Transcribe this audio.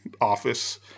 office